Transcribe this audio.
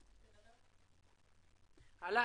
עלא,